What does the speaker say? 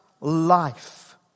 life